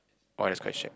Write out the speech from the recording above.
oh next question